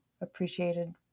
appreciated